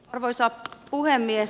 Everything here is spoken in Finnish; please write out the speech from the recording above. arvoisa puhemies